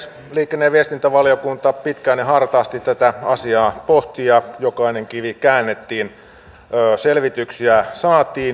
liikenne ja viestintävaliokunta pitkään ja hartaasti tätä asiaa pohti ja jokainen kivi käännettiin selvityksiä saatiin